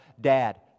dad